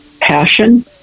passion